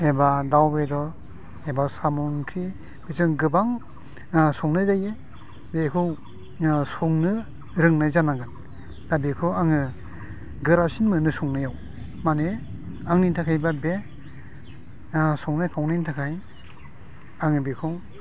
एबा दाउ बेदर एबा साम' ओंख्रि जों गोबां जों संनाय जायो जों बेखौ संनो रोंनाय जानांगोन दा बेखौ आङो गोरासिन मोनो संनायाव माने आंनि थाखायब्ला बे संनाय खावनायनि थाखाय आङो बेखौ